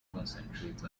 concentrate